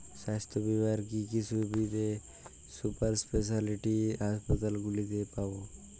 স্বাস্থ্য বীমার কি কি সুবিধে সুপার স্পেশালিটি হাসপাতালগুলিতে পাব?